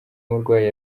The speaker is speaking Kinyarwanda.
y’umurwayi